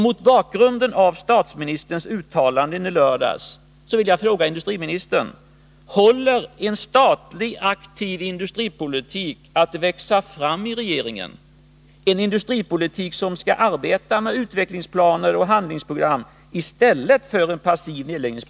Mot bakgrund av statsministerns uttalanden i lördags vill jag fråga industriministern: Håller en statlig aktiv industripolitik på att växa fram i regeringen — en industripolitik som skall arbeta med utvecklingsplaner och handlingsprogram i stället för en passiv nedläggning?